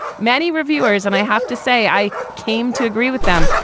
many reviewers and i have to say i came to agree with them,